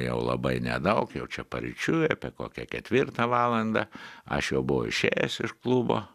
jau labai nedaug jau čia paryčiui apie kokią ketvirtą valandą aš jau buvau išėjęs iš klubo